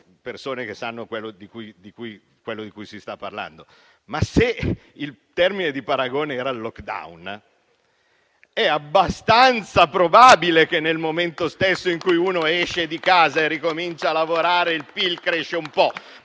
persone che sanno quello di cui si sta parlando - se il termine di paragone era il *lockdown*, è abbastanza probabile che nel momento stesso in cui uno esce di casa e ricomincia a lavorare il PIL cresca un po'.